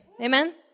Amen